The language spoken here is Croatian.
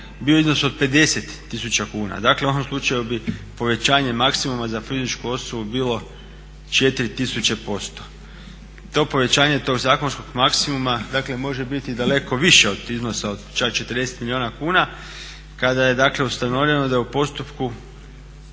u iznosu od 50 tisuća kuna, dakle u ovom slučaju bi povećanje maksimuma za fizičku osobu bilo 4000%. To povećanje tog zakonskog maksimuma dakle može biti daleko više od iznosa od čak 40 milijuna kuna kada je dakle ustavljeno da je u postupku